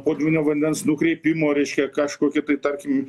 potvynio vandens nukreipimo reiškia kažkoki tai tarkim